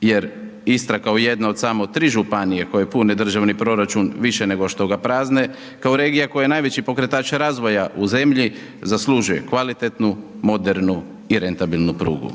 jer Istra kao jedna od samo 3 županije koje pune državni proračun više nego što ga prazne, kao regija koja je najveći pokretač razvoja u zemlji zaslužuje kvalitetnu, modernu i rentabilnu prugu.